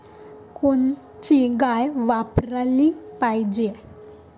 कोनची गाय वापराली पाहिजे?